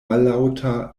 mallaŭta